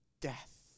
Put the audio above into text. death